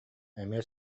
эмиэ